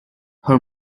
her